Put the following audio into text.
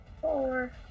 four